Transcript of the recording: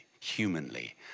Humanly